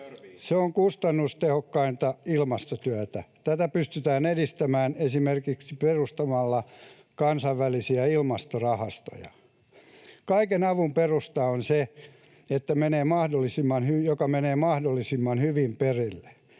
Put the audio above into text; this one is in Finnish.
Se on kustannustehokkainta ilmastotyötä. Tätä pystytään edistämään esimerkiksi perustamalla kansainvälisiä ilmastorahastoja. Kaiken avun perusta on se, että se menee mahdollisimman hyvin perille.